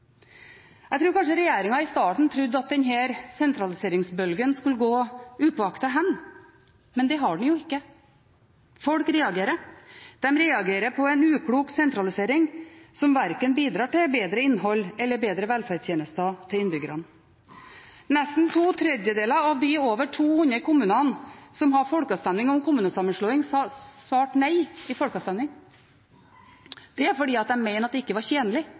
Jeg tror regjeringen i starten kanskje trodde at denne sentraliseringsbølgen skulle gå upåaktet hen – men det har den jo ikke. Folk reagerer. De reagerer på en uklok sentralisering, som verken bidrar til bedre innhold eller til bedre velferdstjenester til innbyggerne. Nesten to tredjedeler av de over 200 kommunene som hadde folkeavstemning om kommunesammenslåing, svarte nei i folkeavstemningen, fordi de mener at det ikke var tjenlig